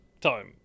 Time